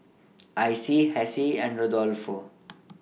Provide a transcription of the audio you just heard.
Icie Hessie and Rodolfo